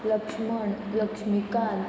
Laxman Laxmikant